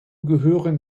gehören